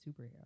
superhero